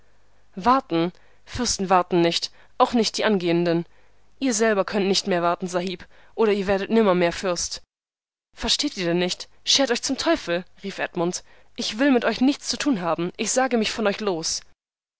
warten fürsten warten nicht auch nicht die angehenden ihr selber könnt nicht mehr warten sahib oder ihr werdet nimmermehr fürst versteht ihr denn nicht schert euch zum teufel rief edmund ich will mit euch nichts zu tun haben ich sage mich von euch los